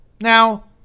Now